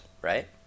right